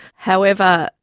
however,